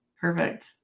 Perfect